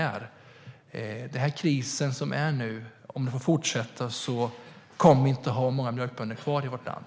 Om den kris som nu pågår får fortsätta kommer vi inte att ha många mjölkbönder kvar i vårt land.